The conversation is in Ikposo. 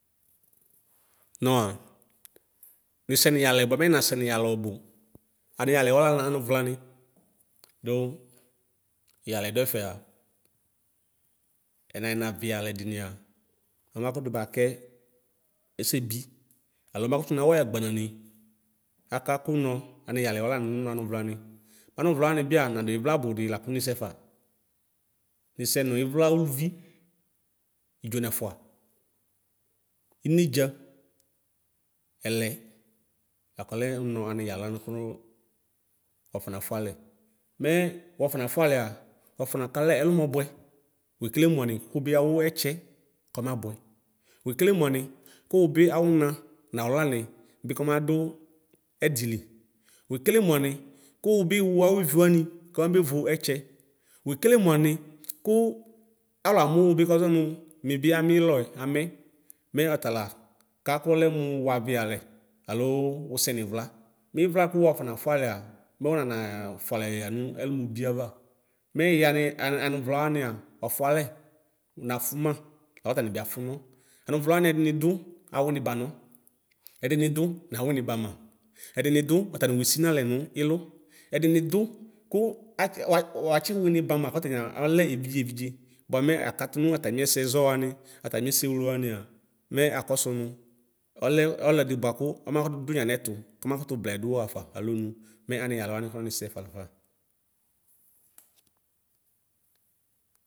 Nɔa, misɛ niyalɛ bua mɛ nasɛ niyalɛ duɛfuɛa ɛnayinawiyale dinia ɔmakutu bakɛ ɛsɛbi aloɔmakutu nawayɛ agbanane. Akaku no aniyalɛw lanu nɔanuvlani. Anuvlaanibia naduivlasudi laku misɛfa. Nisɛnu ivla uluvi idzonɛfua, inedzǝ ɛlɛ akole nɔ aniyalɛami ku wafɔnafualɛ. Mɛɛ wafɔnafualɛa, uafɔnakalɛ ɛlumɔbuɛ. Wuekele muani kuubi awuetse koma bue; wuekele muani kuubi awuna nawulani bi kɔmadu ɛdili; wuekele muani kuubi wu awuevi wani kamabe vo ɛtsɛ; wekele muani ku aluamuubib komaʒonu mibi amilɔ amɛ; mɛ ɔtalaka kuale mu wuaviyalɛ eloo wusɛ nivla. Mivla ku wuafɔnafualɛa mɛ unanaa fualɛɣanu ɛlubi ava. Mɛ yɛani anuvlaania wuafualɛ nu ilu; ɛdini du kuatsi wua wuatsi winibama kɔtania ɔlɛ evidʒevidʒe, buamɛ akatu natamiɛsɛʒɔ wani, atamiɛsɛ wlewania, mɛ akɔsunu ɔlɛ ɔlɛdk buaku ɔma kutudu yanɛto kɔmakutu blaɛdu ɣafa alɔnu. Mɛ aniyalɛwani ku nisɛfa lafa.